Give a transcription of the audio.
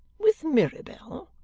with mirabell?